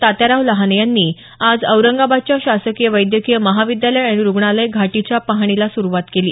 तात्याराव लहाने यांनी आज औरंगाबादच्या शासकीय वैद्यकीय महाविद्यालय आणि रुग्णालय घाटीच्या पाहणीला सुरुवात केली